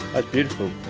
ah beautiful.